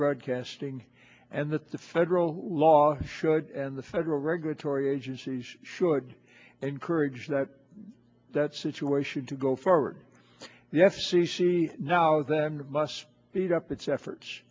broadcasting and that the federal law should and the federal regulatory agencies should encourage that that situation to go forward the f c c now that must heat up its efforts